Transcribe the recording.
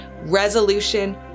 resolution